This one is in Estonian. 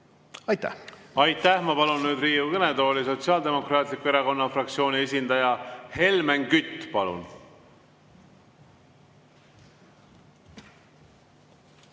Aitäh! Aitäh! Ma palun nüüd Riigikogu kõnetooli Sotsiaaldemokraatliku Erakonna fraktsiooni esindaja Helmen Küti. Palun!